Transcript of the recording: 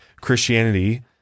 Christianity